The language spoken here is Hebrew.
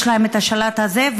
יש להם את השלט הזה,